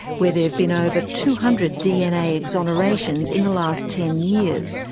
where there have been over two hundred dna exonerations in the last ten years,